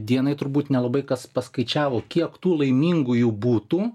dienai turbūt nelabai kas paskaičiavo kiek tų laimingųjų būtų